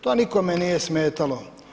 To nikome nije smetalo.